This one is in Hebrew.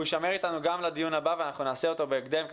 יישמר אתנו גם לדיון הבא אותו נעשה בהקדם.